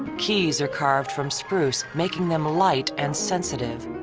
keys are carved from spruce, making them light and sensitive.